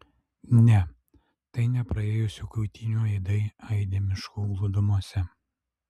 ne tai ne praėjusių kautynių aidai aidi miškų glūdumose